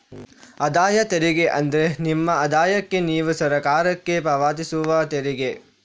ಆದಾಯ ತೆರಿಗೆ ಅಂದ್ರೆ ನಿಮ್ಮ ಆದಾಯಕ್ಕೆ ನೀವು ಸರಕಾರಕ್ಕೆ ಪಾವತಿಸುವ ತೆರಿಗೆ